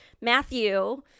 matthew